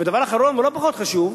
ודבר אחרון, ולא פחות חשוב,